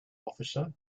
officer